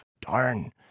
Darn